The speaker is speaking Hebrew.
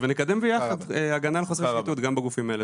ונקדם ביחד הגנה על חושפי שחיתות גם בגופים האלה,